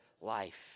life